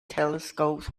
telescopes